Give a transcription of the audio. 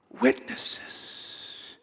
witnesses